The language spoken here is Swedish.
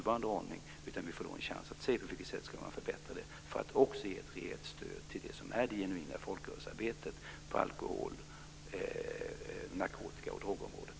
Vi får en möjlighet att se hur den skulle kunna förbättras så att vi också ska kunna ge ett rejält stöd till det genuina folkrörelsearbetet på alkohol och narkotikaområdet.